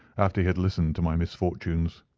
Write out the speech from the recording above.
after he had listened to my misfortunes.